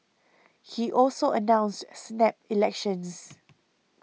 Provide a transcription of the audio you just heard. he also announced snap elections